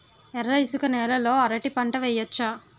ఎర్ర ఇసుక నేల లో అరటి పంట వెయ్యచ్చా?